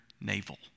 navel